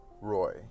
Roy